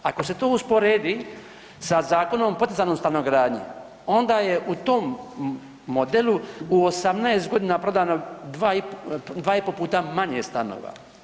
Ako se to usporedi sa Zakonom o poticajnoj stanogradnji onda je u tom modelu u 18 godina prodano 2,5 puta manje stanova.